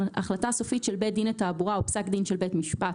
"החלטה סופית של בית דין לתעבורה או פסק דין של בית משפט